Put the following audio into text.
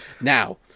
Now